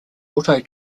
auto